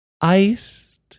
Iced